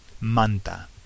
Manta